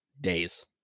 days